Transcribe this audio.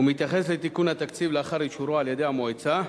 ומתייחס לתיקון התקציב לאחר אישורו על-ידי המועצה,